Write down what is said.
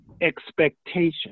expectation